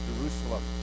Jerusalem